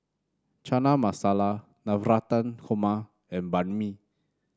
Chana Masala Navratan Korma and Banh Mi